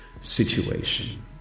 situation